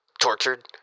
tortured